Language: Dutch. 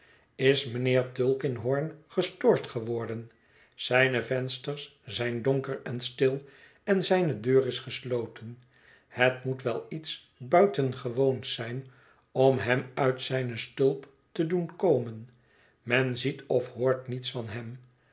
is mijnheer tulkinghorn gestoord geworden zijne vensters zijn donker en stil en zijne deur is gesloten het moet wel iets buitengewoons zijn om hem uit zijne schulp te doen komen men ziet of hoort niets van hem